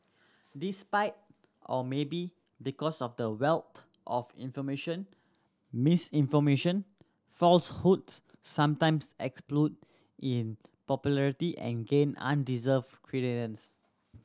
despite or maybe because of the wealth of information misinformation falsehoods sometimes explode in popularity and gain credence